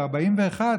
ח'אן אל-אחמר.